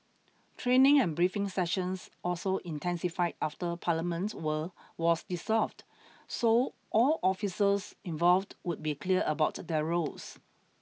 training and briefing sessions also intensified after Parliament were was dissolved so all officers involved would be clear about their roles